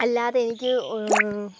അല്ലാതെനിക്ക്